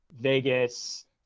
Vegas